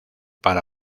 para